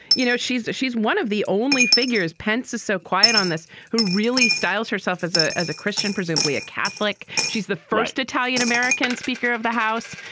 you know, she's a she's one of the only figures, pensive, so quiet on this, who really styles herself as a as a christian, presumably a catholic. she's the first italian-american. speaker of the house,